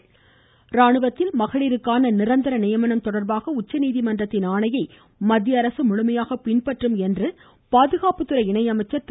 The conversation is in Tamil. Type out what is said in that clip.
மக்களவை கேள்வி நேரம் ஸ்ரீபத் ராணுவத்தில் மகளிருக்கான நிரந்தர நியமனம் தொடர்பான உச்சநீதிமன்றத்தின் ஆணையை மத்திய அரசு முழுமையாக பின்பற்றும் என்று பாதுகாப்புத்துறை இணையமைச்சர் திரு